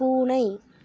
பூனை